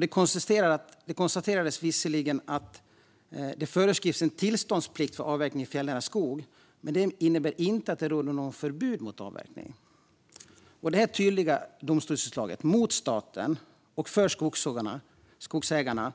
Det konstaterades också att det visserligen föreskrivs en tillståndsplikt för avverkning i fjällnära skog men att detta inte innebär att det råder något förbud mot avverkning. Detta tydliga domstolsutslag mot staten och för skogsägarna